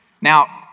Now